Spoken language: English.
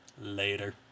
Later